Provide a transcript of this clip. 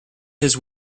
his